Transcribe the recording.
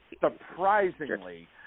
Surprisingly